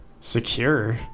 secure